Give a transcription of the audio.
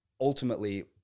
ultimately